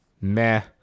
meh